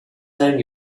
time